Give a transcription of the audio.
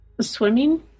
Swimming